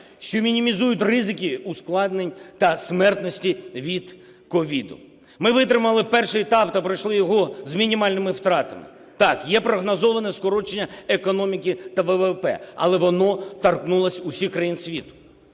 що мінімізують ризики ускладнень та смертності від COVID. Ми витримали перший етап та пройшли його з мінімальними втратами. Так, є прогнозоване скорочення економіки та ВВП, але воно торкнулось усіх країн світу.